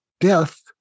death